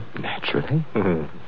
Naturally